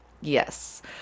Yes